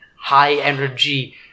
high-energy